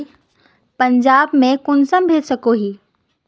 पंजाब में कुंसम भेज सकोही?